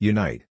Unite